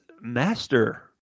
master